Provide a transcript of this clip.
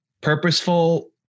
purposeful